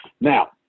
now